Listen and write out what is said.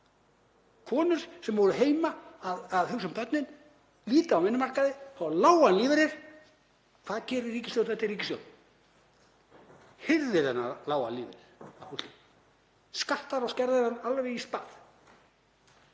Konur sem voru heima að hugsa um börnin, líka á vinnumarkaði, fá lágan lífeyri. Og hvað gerir ríkisstjórn eftir ríkisstjórn? Hirðir þennan lága lífeyri, skattar og skerðir hann alveg í spað.